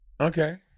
Okay